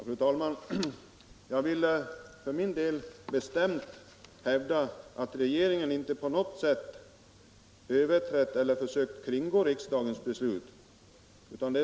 Fru talman! Jag vill för min del bestämt hävda att regeringen inte på något sätt har försökt kringgå riksdagens beslut.